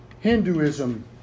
Hinduism